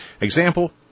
Example